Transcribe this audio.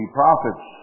prophets